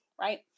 Right